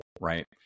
right